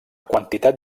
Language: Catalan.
quantitat